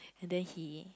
and then he